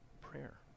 prayer